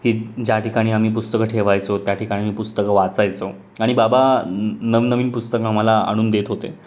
की ज्या ठिकाणी आम्ही पुस्तकं ठेवायचो त्या ठिकाणी मी पुस्तकं वाचायचो आणि बाबा नवनवीन पुस्तकं आम्हाला आणून देत होते